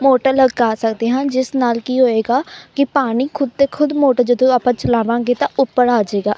motor ਲਗਾ ਸਕਦੇ ਹਾਂ ਜਿਸ ਨਾਲ ਕੀ ਹੋਏਗਾ ਕਿ ਪਾਣੀ ਖੁਦ ਤੇ ਖੁਦ ਮੋਟਰ ਜਦੋਂ ਆਪਾਂ ਚਲਾਵਾਂਗੇ ਤਾਂ ਉੱਪਰ ਆ ਜੇਗਾ